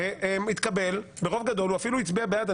הא אפילו הצביע בעד,